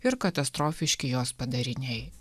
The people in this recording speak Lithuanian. ir katastrofiški jos padariniai